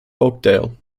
oakdale